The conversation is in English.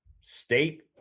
state